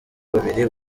babiri